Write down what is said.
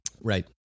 Right